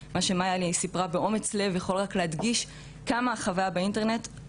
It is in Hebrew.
אז הדור שלנו הוא לא דור טכנולוגי, זה מה שבטוח.